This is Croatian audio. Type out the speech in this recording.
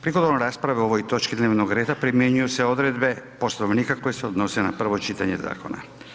Prigodom rasprave o ovoj točki dnevnog reda primjenjuju se odredbe Poslovnika koje se odnose na prvo čitanje zakona.